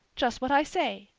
just what i say.